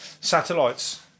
satellites